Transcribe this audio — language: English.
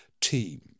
team